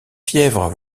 fièvre